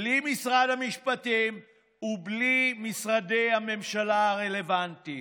בלי משרד המשפטים ובלי משרדי הממשלה הרלוונטיים.